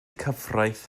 cyfraith